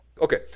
Okay